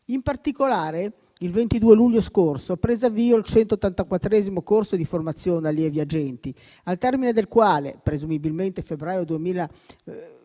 In particolare, il 22 luglio scorso ha preso avvio il 184° corso di formazione allievi agenti, al termine del quale, presumibilmente nel febbraio 2025,